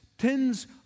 tens